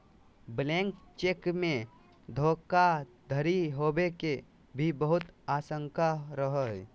blank cheque मे धोखाधडी होवे के भी बहुत आशंका रहो हय